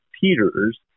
Peters